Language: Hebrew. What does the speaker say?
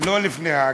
לא לפני העגלה.